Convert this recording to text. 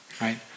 right